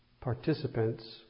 participants